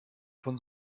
von